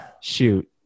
Shoot